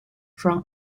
from